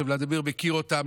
שוולדימיר מכיר אותן,